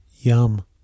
Yum